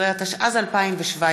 16), התשע"ז 2017,